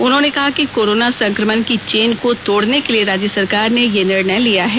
उन्होंने कहा कि कोरोना संक्रमण की चेन को तोड़ने के लिए राज्य सरकार ने यह निर्णय लिया है